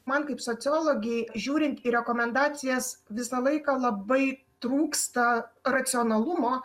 man kaip sociologei žiūrint į rekomendacijas visą laiką labai trūksta racionalumo